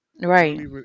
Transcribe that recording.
Right